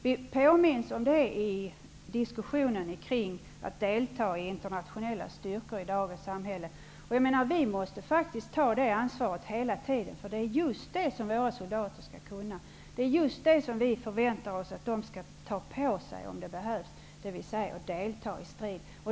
Vi påminns om det i diskussionen kring deltagande i internationella styrkor i dagens samhälle. Vi måste faktiskt ta ansvaret hela tiden. Det våra soldater skall kunna, det vi förväntar oss att de skall ta på sig om det behövs är att delta i strid.